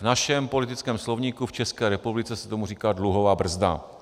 V našem politickém slovníku v České republice se tomu říká dluhová brzda.